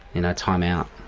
you know, time out,